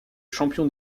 champion